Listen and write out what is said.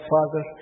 Father